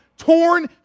torn